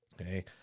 Okay